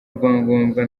rwangombwa